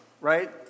right